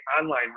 online